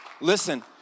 Listen